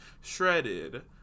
shredded